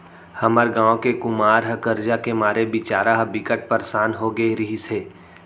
हमर गांव के कुमार ह करजा के मारे बिचारा ह बिकट परसान हो गे रिहिस हे